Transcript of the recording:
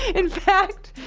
in fact.